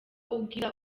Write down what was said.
ugira